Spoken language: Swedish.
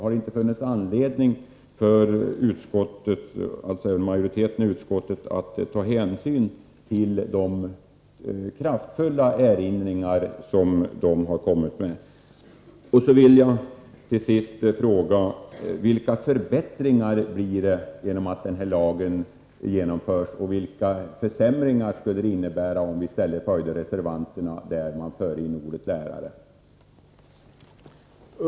Har det inte funnits anledning för utskottsmajoriteten att ta hänsyn till de kraftfulla erinringar som dessa instanser har gjort? Till sist vill jag fråga: Vilka förbättringar medför denna lagändring och vilka försämringar skulle det innebära att i stället följa reservanterna och föra in ordet lärare i lagtexten?